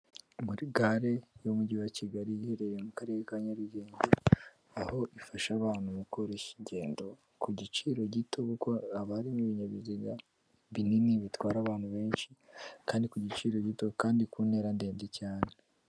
Muri gare y'umujyi wa kigali iherereye mu karere ka Nyarugenge, aho ifasha abantu mu koroshya ingendo ku giciro gito kuko haba harimo ibinyabiziga binini bitwara abantu benshi kandi ku giciro gito kandi ku ntera ndende cyane.